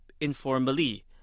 informally